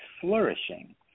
flourishing